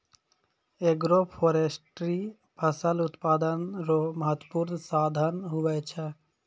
agroforestry फसल उत्पादन रो महत्वपूर्ण साधन हुवै छै